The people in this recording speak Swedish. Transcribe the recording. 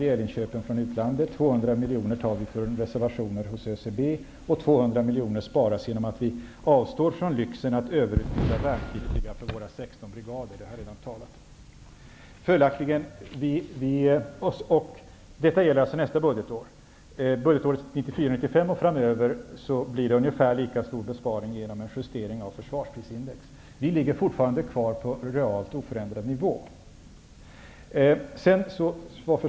miljoner, från reservationer hos ÖCB tar vi 200 miljoner och ytterligare 200 miljoner sparas genom att vi avstår från lyxen att överutbilda värnpliktiga för våra 16 brigader, vilket jag redan har talat om. Detta gäller alltså nästa budgetår. Budgetåret 1994/95 och framöver blir det ungefär lika stor besparing genom en justering av försvarsprisindex. Vi ligger fortfarande kvar på en realt oförändrad nivå.